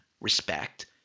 respect